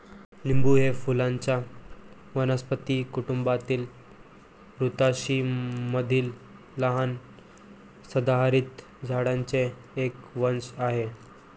लिंबू हे फुलांच्या वनस्पती कुटुंबातील रुतासी मधील लहान सदाहरित झाडांचे एक वंश आहे